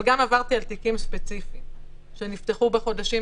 אבל גם עברתי על תיקים ספציפיים שנפתחו בחודשים